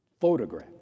photograph